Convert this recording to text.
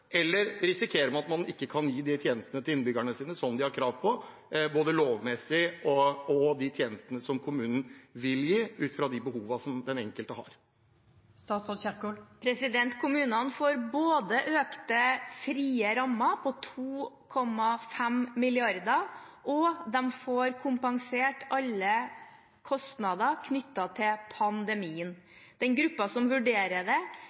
eller risikerer man at man ikke kan gi de tjenestene til innbyggerne sine som de har lovmessig krav på, og de tjenestene som kommunene vil gi ut fra de behovene som den enkelte har? Kommunene får både økte frie rammer på 2,5 mrd. kr og de får kompensert alle kostnader knyttet til pandemien. Gruppen som vurderer det,